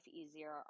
easier